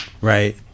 Right